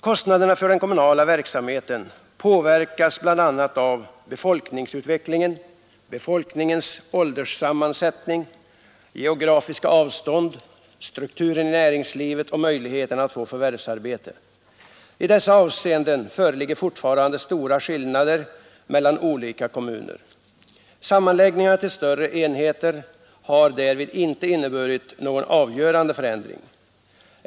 Kostnaderna för den kommunala verksamheten påverkas bl.a. av befolkningsutvecklingen, befolkningens ålderssammansättning, geografiska avstånd, strukturen i näringslivet och möjligheterna att få förvärvsarbete. I dessa avseenden föreligger fortfarande stora skillnader mellan olika kommuner. Sammanläggningarna till större enheter har därvid inte inneburit någon avgörande förändring.